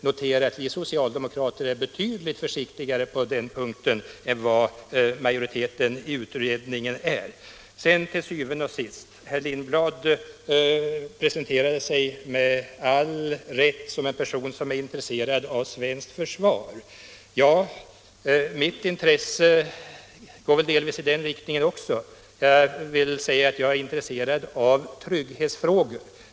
Notera att vi socialdemokrater är betydligt försiktigare på den punkten än vad majoriteten i utredningen är! Herr Lindblad presenterade sig med all rätt som en person som är intresserad av svenskt försvar. Mitt intresse går väl delvis i den riktningen också. Jag är intresserad av trygghetsfrågor.